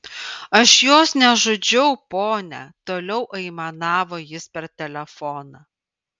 aš jos nežudžiau ponia toliau aimanavo jis per telefoną